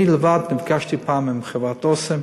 אני לבד נפגשתי פעם עם חברת "אסם"